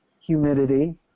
humidity